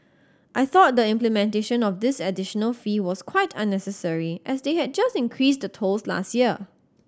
I thought the implementation of this additional fee was quite unnecessary as they had just increased the tolls last year